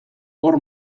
hor